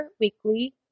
weekly